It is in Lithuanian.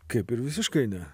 kaip ir visiškai ne